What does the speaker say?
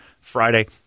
Friday